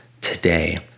today